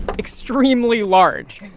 extremely large.